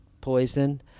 poison